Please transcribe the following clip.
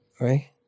right